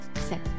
set